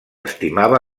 estimava